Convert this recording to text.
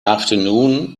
afternoon